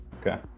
Okay